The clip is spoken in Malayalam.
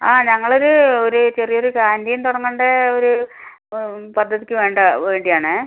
ആ ഞങ്ങളൊര് ഒര് ചെറിയൊര് കാൻറ്റീൻ തുടങ്ങണ്ട ഒരു പദ്ധതിക്ക് വേണ്ട വേണ്ടിയാണേ